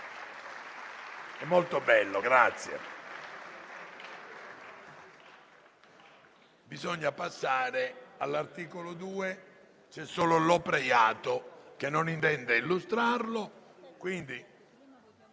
È molto bello, grazie.